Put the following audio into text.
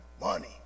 money